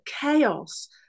chaos